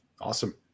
awesome